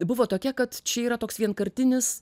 buvo tokia kad čia yra toks vienkartinis